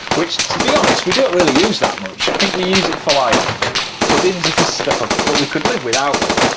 which to be honest we don't really use that much. i think we use it for like puddings and ah stuff, but we could live without it.